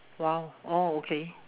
!wow! oh okay